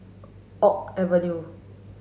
Oak Avenue